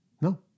No